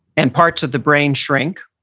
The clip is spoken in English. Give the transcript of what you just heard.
and parts of the brain shrink.